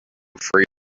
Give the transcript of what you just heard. free